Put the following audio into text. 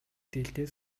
дээлтэй